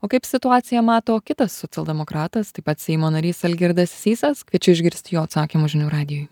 o kaip situaciją mato kitas socialdemokratas taip pat seimo narys algirdas sysas kviečiu išgirsti jo atsakymus žinių radijui